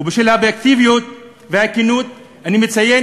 בשביל האובייקטיביות והכנות אני מציין